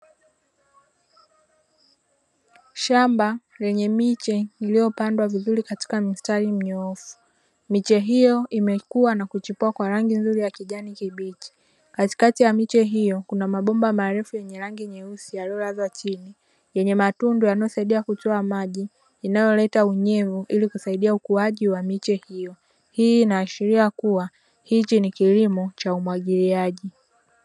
Shamba lenye miche iliyopandwa vizuri katika mstari mnyoofu, miche hiyo imekua na kuchipua kwa rangi nzuri ya kijani kibichi. Katikati ya miche hiyo kuna mabomba yenye rangi nyeusi yaliyolazwa chini yenye matundu yanayosaidia kutoa maji inayoleta unyevu ili kusaidia ukuaji wa miche hiyo. Hii inaashiria kuwa hiki ni kilimo cha umwagiliaji.